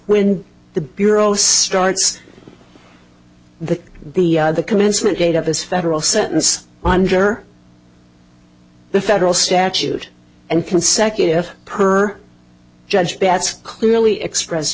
when the bureau starts the the the commencement date of his federal sentence under the federal statute and consecutive per judge betts clearly express